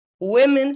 Women